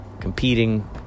Competing